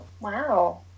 Wow